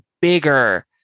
bigger